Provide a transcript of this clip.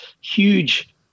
huge